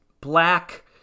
black